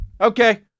Okay